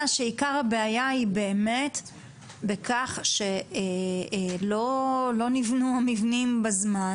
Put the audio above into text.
שעיקר הבעיה היא באמת בכך שלא נבנו המבנים בזמן.